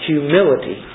Humility